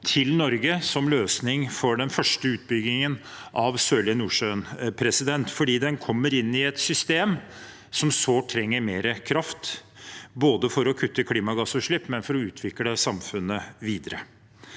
til Norge som løsning for den første utbyggingen av Sørlige Nordsjø, fordi den kommer inn i et system som sårt trenger mer kraft for å kutte klimagassutslipp, men også for å utvikle samfunnet videre.